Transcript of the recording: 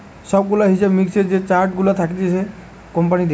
সব গুলা হিসাব মিক্সের যে চার্ট গুলা থাকতিছে কোম্পানিদের